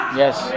yes